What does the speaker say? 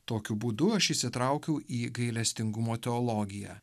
tokiu būdu aš įsitraukiau į gailestingumo teologiją